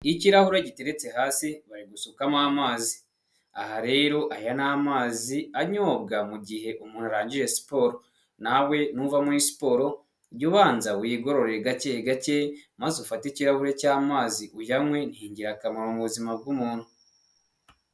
Ikirahure giteretse hasi, bari gusukamo amazi, aha rero aya ni amazi anyobwa mu gihe umuntu arangije siporo, nawe nuva muri siporo jya ubanza wigorore gake gake maze ufate ikirahure cy'amazi uyanywe, ni ingirakamaro mu buzima bw'umuntu.